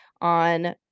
on